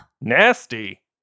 Nasty